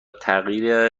تغییر